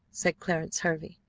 said clarence hervey.